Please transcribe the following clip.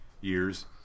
years